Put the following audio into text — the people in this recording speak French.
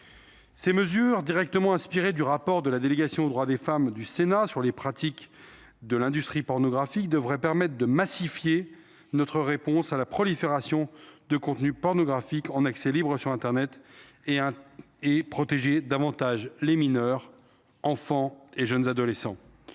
Ces mesures, directement inspirées du rapport d’information de la délégation aux droits des femmes du Sénat sur les pratiques de l’industrie pornographique, devraient permettre de « massifier » notre réponse face à la prolifération de contenus pornographiques en accès libre sur internet, et ainsi de protéger davantage les mineurs, qu’il s’agisse des enfants